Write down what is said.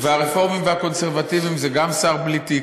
והרפורמים והקונסרבטיבים זה גם שר בלי תיק,